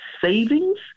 savings